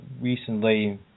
recently